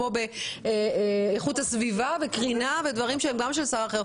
כמו איכות הסביבה וקרינה ודברים שגם הם של שר אחר.